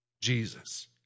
Jesus